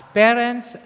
parents